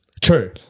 True